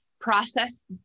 process